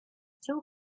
two